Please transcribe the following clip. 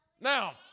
Now